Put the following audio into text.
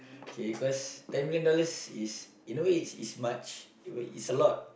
okay cause ten million dollars is in a way it's much it will it's a lot